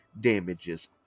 damages